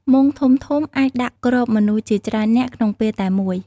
មុងធំៗអាចដាក់គ្របមនុស្សជាច្រើននាក់ក្នុងពេលតែមួយ។